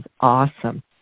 awesome